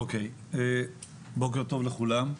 בוקר טוב לכולם.